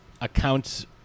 accounts